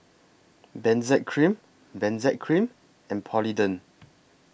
Benzac Cream Benzac Cream and Polident